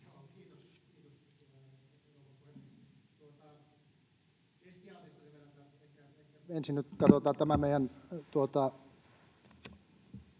Kiitos